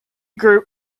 grew